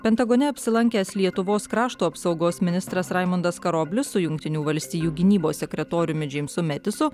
pentagone apsilankęs lietuvos krašto apsaugos ministras raimundas karoblis su jungtinių valstijų gynybos sekretoriumi džeimsu metisu